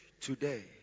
Today